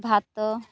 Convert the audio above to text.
ଭାତ